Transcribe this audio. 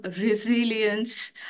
resilience